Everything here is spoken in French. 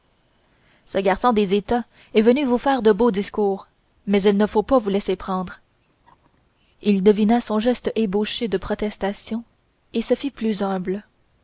ce garçon des états est venu vous faire de beaux discours mais il ne faut pas vous laisser prendre il devina son geste ébauché de protestation et se fit plus humble